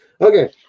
Okay